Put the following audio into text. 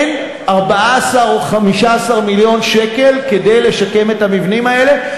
אין 14 או 15 מיליון שקל כדי לשקם את המבנים האלה,